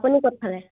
আপুনি